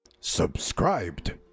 subscribed